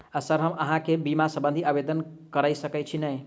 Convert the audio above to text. Sir हम अहाँ केँ बीमा संबधी आवेदन कैर सकै छी नै?